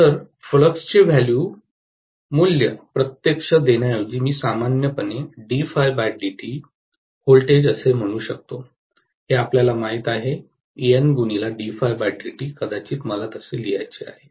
तर फ्लक्सचे व्हॅल्यू प्रत्यक्ष देण्याऐवजी मी सामान्यपणे व्होल्टेज असे म्हणू शकतो हे आपल्याला माहित आहे N कदाचित मला तसे लिहायचे आहे